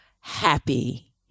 happy